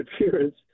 appearance